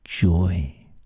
joy